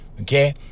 okay